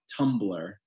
Tumblr